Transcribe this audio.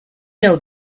know